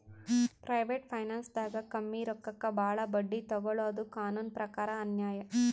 private ಫೈನಾನ್ಸ್ದಾಗ್ ಕಮ್ಮಿ ರೊಕ್ಕಕ್ ಭಾಳ್ ಬಡ್ಡಿ ತೊಗೋಳಾದು ಕಾನೂನ್ ಪ್ರಕಾರ್ ಅನ್ಯಾಯ್